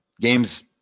games